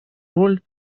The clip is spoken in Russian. роль